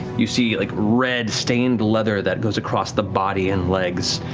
you see like red-stained leather that goes across the body and legs.